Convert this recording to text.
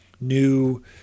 new